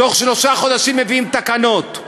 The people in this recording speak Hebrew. בתוך שלושה חודשים מביאים תקנות.